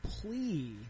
plea